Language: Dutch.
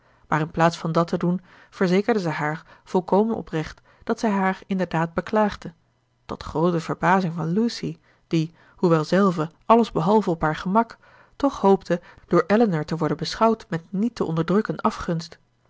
maar inplaats van dat te doen verzekerde zij haar volkomen oprecht dat zij haar inderdaad beklaagde tot groote verbazing van lucy die hoewel zelve alles behalve op haar gemak toch hoopte door elinor te worden beschouwd met niet te onderdrukken afgunst